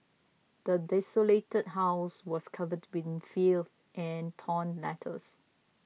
the desolated house was covered in filth and torn letters